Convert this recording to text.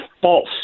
false